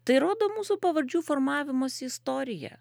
tai rodo mūsų pavardžių formavimosi istoriją